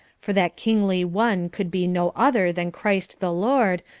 for that kingly one could be no other than christ the lord,